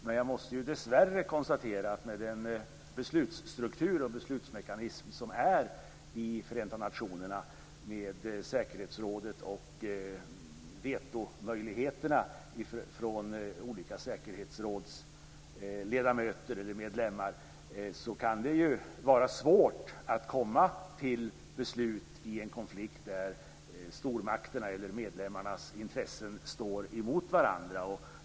Men jag måste dessvärre konstatera att med den beslutsstruktur och beslutsmekanism som man har i Förenta nationerna med säkerhetsrådet och vetorätten för olika medlemmar kan det vara svårt att komma till beslut i en konflikt där stormakternas intressen står emot varandra.